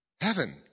heaven